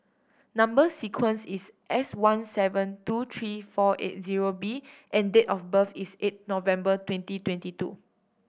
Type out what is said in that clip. number sequence is S one seven two three four eight zero B and date of birth is eight November twenty twenty two